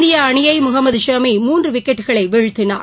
இந்திய அணியை முகமது ஷமி மூன்று விக்கெட்டுகளை வீழ்த்தினார்